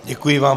Děkuji vám.